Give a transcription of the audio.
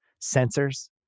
sensors